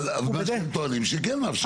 אבל, מה שאתם טוענים, שכן מאפשרים.